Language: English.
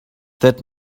that